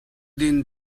din